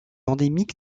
endémique